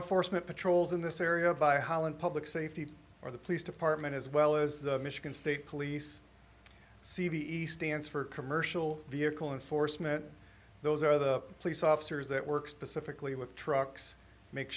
enforcement patrols in this area by holland public safety or the police department as well as the michigan state police c b e stands for commercial vehicle and forstmann those are the police officers that work specifically with trucks make